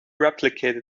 replicate